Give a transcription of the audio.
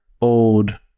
old